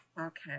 okay